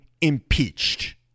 impeached